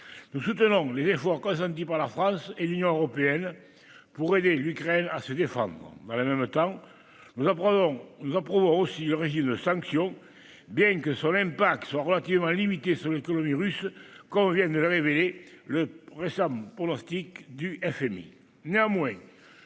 Nous soutenons les efforts consentis par la France et l'Union européenne pour aider l'Ukraine à se défendre. Dans le même temps, nous approuvons aussi le régime de sanctions, bien que ses effets soient relativement limités sur l'économie russe, comme vient de le révéler le récent pronostic du Fonds